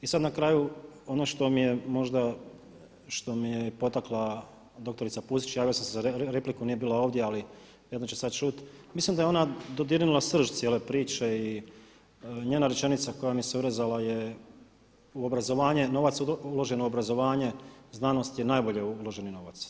I sad na kraju ono što mi je možda, što me je potakla doktorica Pusić, javio sam se za repliku, nije bila ovdje ali vjerojatno će sad čut, mislim da je ona dodirnula srž cijele priče i njena rečenica koja mi se urezala je u obrazovanje, novac uložen u obrazovanje, znanost je najbolje uloženi novac.